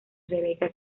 rebecca